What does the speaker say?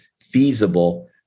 feasible